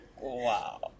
Wow